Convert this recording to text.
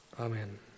Amen